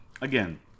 again